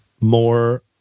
more